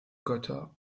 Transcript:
götter